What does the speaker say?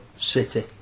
City